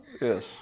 yes